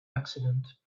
accident